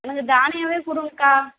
எனக்கு தனியாவே குடுங்கக்கா